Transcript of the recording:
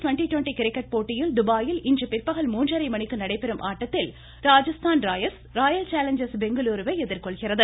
twenty twenty cricket போட்டியில் துபாயில் இன்று பிற்பகல் மூன்றரை மணிக்கு நடைபெறும் ஆட்டத்தில் ராஜஸ்தான் ராயல்ஸ் ராயல்சேலஞ்சர்ஸ் பெங்களுருவை எதிர்கொள்கிறது